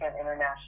international